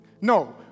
No